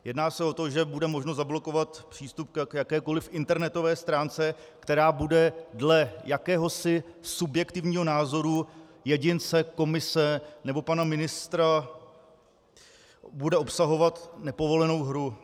Jedná se o to, že bude možno zablokovat přístup k jakékoli internetové stránce, která bude dle jakéhosi subjektivního názoru jedince, komise nebo pana ministra obsahovat nepovolenou hru.